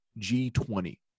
G20